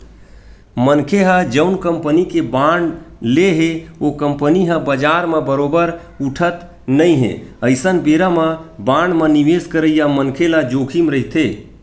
मनखे ह जउन कंपनी के बांड ले हे ओ कंपनी ह बजार म बरोबर उठत नइ हे अइसन बेरा म बांड म निवेस करइया मनखे ल जोखिम रहिथे